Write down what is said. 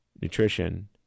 nutrition